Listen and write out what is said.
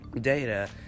data